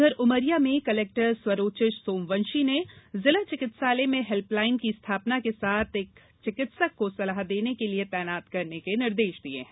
उधर उमरिया में कलेक्टर स्वरोचिष सोमवंशी ने जिला चिकित्सालय में हेल्पलाइन की स्थापना के साथ एक चिकित्सक को सलाह देने के लिए तैनात करने के निर्देश दिये हैं